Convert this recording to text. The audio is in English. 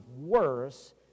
worse